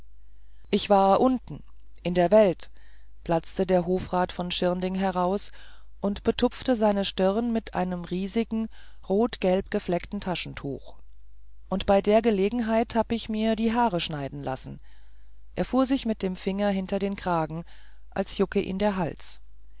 ich war unten in der welt platzte der hofrat von schirnding heraus und betupfte seine stirn mit einem riesigen rot gelb gefleckten taschentuch und bei der gelegenheit hab ich mir die haare schneiden lassen er fuhr sich mit dem finger hinter den kragen als jucke ihn der hals